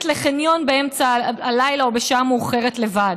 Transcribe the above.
לחניון באמצע הלילה או בשעה מאוחרת לבד,